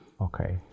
Okay